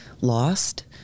lost